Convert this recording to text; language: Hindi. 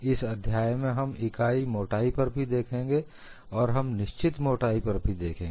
इस अध्याय में हम इकाई मोटाई पर भी देखेंगे और हम निश्चित मोटाई इत्यादि पर भी देखेंगे